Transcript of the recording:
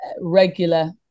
regular